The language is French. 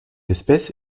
espèce